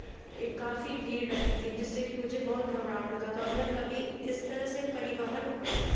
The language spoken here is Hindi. काफ़ी भीड़ रहती थी जिससे कि मुझे बहुत घबड़ाहट होता था और मैं कभी इस तरह से परिवहन